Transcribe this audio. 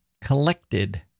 collected